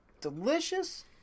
Delicious